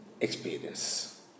experience